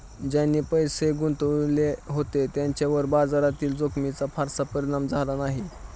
ज्यांनी पैसे गुंतवले होते त्यांच्यावर बाजारातील जोखमीचा फारसा परिणाम झाला नाही